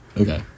okay